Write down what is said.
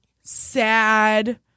sad